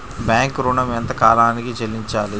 Bank ఋణం ఎంత కాలానికి చెల్లింపాలి?